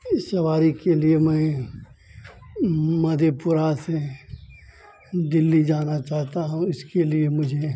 इस सवारी के लिए मैं मधेपुरा से दिल्ली जाना चाहता हूँ इसके लिए मुझे